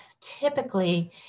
Typically